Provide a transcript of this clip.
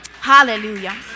Hallelujah